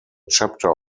chapter